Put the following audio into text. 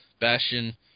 Bastion